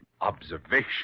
Observation